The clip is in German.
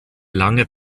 lange